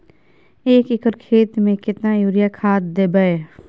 एक एकर खेत मे केतना यूरिया खाद दैबे?